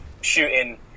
shooting